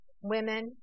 women